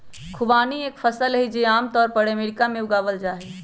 खुबानी एक फल हई, जो आम तौर पर अमेरिका में उगावल जाहई